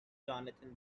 jonathan